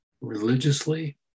religiously